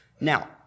Now